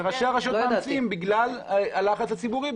ראשי הרשויות מאמצים אותן בגלל הלחץ הציבורי.